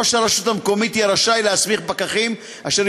ראש הרשות המקומית יהיה רשאי להסמיך פקחים אשר